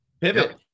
Pivot